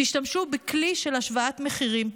תשתמשו בכלי של השוואת מחירים,